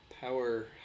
power